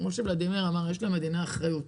כמו שוולדימיר אמר, יש למדינה אחריות.